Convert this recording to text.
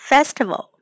Festival